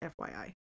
FYI